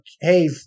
hey